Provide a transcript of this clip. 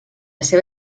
seva